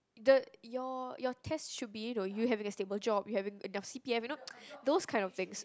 the your your test should be it or you having a stable job you have enough C_P_F you know those kind of things